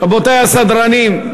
רבותי הסדרנים,